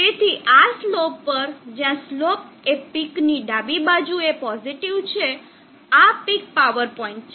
તેથી આ સ્લોપ પર જ્યાં સ્લોપ એ પીકની ડાબી બાજુએ પોઝિટીવ છે આ પીક પાવર પોઇન્ટ છે